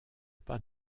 pas